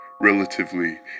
Relatively